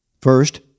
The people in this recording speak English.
First